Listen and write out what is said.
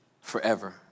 forever